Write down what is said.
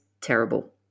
terrible